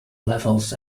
levels